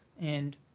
and